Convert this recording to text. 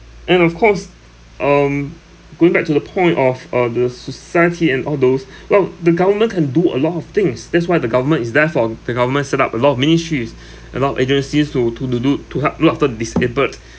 and of course um going back to the point of uh the society and all those well the government can do a lot of things that's why the government is there for the government set up a lot of main issues a lot of agencies to to do do to help a lot of the disabled